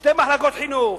שתי מחלקות חינוך,